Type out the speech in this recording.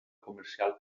comercial